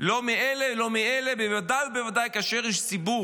לא מאלה, לא מאלה, בוודאי ובוודאי כאשר איש ציבור,